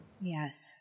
Yes